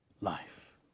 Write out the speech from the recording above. life